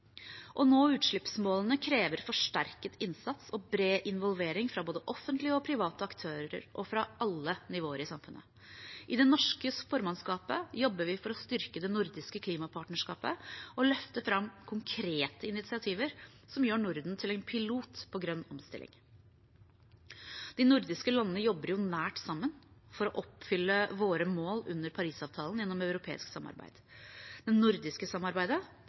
Å nå utslippsmålene krever forsterket innsats og bred involvering fra både offentlige og private aktører og fra alle nivåer i samfunnet. I det norske formannskapet jobber vi for å styrke det nordiske klimapartnerskapet og løfte fram konkrete initiativ som gjør Norden til en pilot på grønn omstilling. De nordiske landene jobber nært sammen for å oppfylle våre mål under Parisavtalen gjennom europeisk samarbeid. Det nordiske samarbeidet